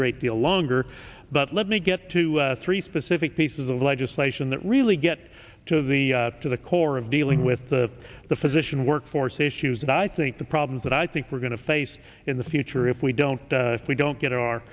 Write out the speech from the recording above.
great deal longer but let me get to three specific pieces of legislation that really get to the to the core of dealing with the the physician workforce issues that i think the problems that i think we're going to face in the future if we don't we don't get our